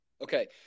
okay